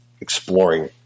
exploring